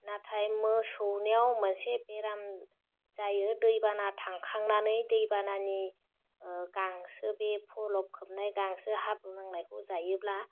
नाथाय मोसौनियाव मोनसे बेराम जायो दै बाना थांखांनानै दै बानानि ओह गांसो बे फलब खोबनाय गांसो हाब्रु नांनायखौ जायोब्ला